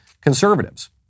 conservatives